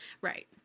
right